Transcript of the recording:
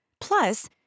Plus